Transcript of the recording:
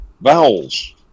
Vowels